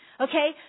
Okay